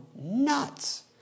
nuts